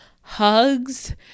hugs